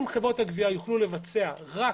אם חברות הגבייה יוכלו לבצע רק